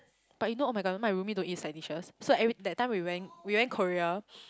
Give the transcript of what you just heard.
but you know [oh]-my-god my roomie don't eat side dishes so every that time we went we went Korea